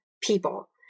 people